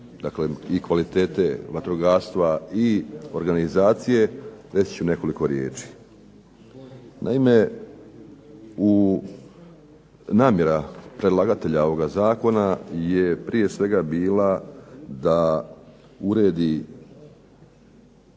dakle i kvalitete vatrogastva i organizacije reći ću nekoliko riječi. Naime, namjera predlagatelja ovoga zakona je prije svega bila da uredi